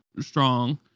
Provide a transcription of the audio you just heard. strong